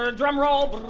ah drum roll.